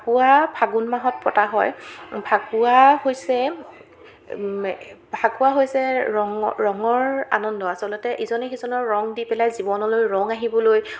ফাকুৱা ফাগুণ মাহত পতা হয় ফাকুৱা হৈছে ফাকুৱা হৈছে ৰঙ ৰঙৰ আনন্দ আচলতে ইজনে সিজনৰ ৰঙ দি পেলাই জীৱনলৈ ৰঙ আহিবলৈ